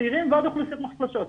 וצעירים ועוד אוכלוסיות מוחלשות.